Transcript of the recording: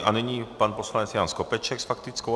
A nyní pan poslanec Jan Skopeček s faktickou.